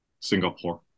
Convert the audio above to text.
Singapore